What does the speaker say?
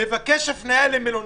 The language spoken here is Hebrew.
לבקש הפניה למלונית.